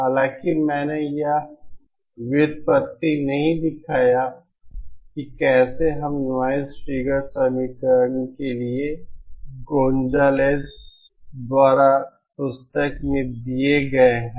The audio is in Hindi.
हालांकि मैंने यह व्युत्पत्ति नहीं दिखाया है कि कैसे हमें नॉइज़ फिगर समीकरण के लिए गोंजाल्स द्वारा पुस्तक में दिए गए हैं